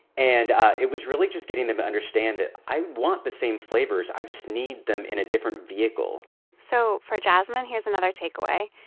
and it was really just getting them to understand that i want the same flavors. i just need them in a different vehicle so for jasmine, here's another takeaway.